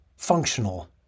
functional